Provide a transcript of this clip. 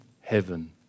heaven